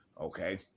okay